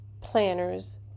planners